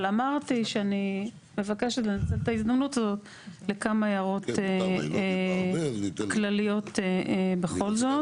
אבל אמרתי שאני מבקשת לנצל את ההזדמנות הזאת לכמה הערות כלליות בכל זאת.